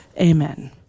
amen